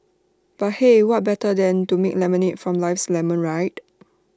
but hey what better than to make lemonade from life's lemons right